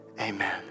amen